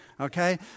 okay